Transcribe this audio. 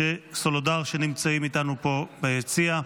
שנמצאים איתנו פה ביציע.